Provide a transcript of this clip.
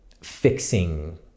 fixing